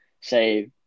say